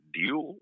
deal